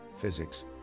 physics